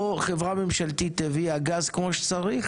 פה חברה ממשלתית הביאה גז כמו שצריך